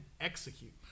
execute